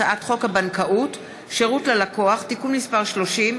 הצעת חוק הבנקאות (שירות ללקוח) (תיקון מס' 30),